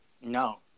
No